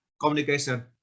communication